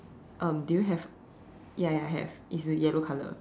um do you have ya ya have it's with yellow colour